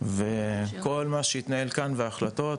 וכל מה שיתנהל כאן וההחלטות שיתקבלו,